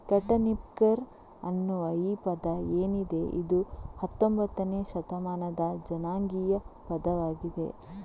cotton picker ಅನ್ನುವ ಈ ಪದ ಏನಿದೆ ಇದು ಹತ್ತೊಂಭತ್ತನೇ ಶತಮಾನದ ಜನಾಂಗೀಯ ಪದವಾಗಿದೆ